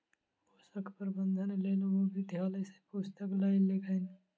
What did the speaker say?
पोषक प्रबंधनक लेल ओ विद्यालय सॅ पुस्तक लय लेलैन